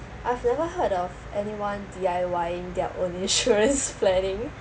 I've never heard of anyone D_I_Ying their own insurance planning